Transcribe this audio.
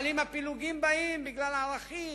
אבל אם פילוגים באים בגלל ערכים,